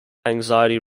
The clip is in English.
anxiety